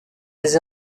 les